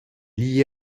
lié